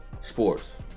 sports